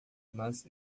mas